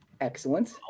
excellent